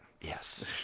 Yes